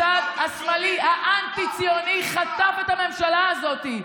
הצד השמאלי האנטי-ציוני חטף את הממשלה הזאת,